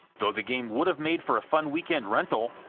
though the game would have made for a fun weekend rental,